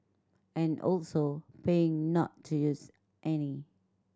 and also paying not to use any